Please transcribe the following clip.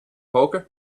poker